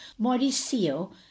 mauricio